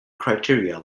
criteria